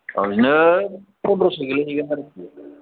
अ बिदिनो पन्द्र'सो गोग्लैहैगोन आरोखि